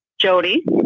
Jody